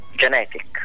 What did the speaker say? genetic